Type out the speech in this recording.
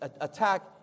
attack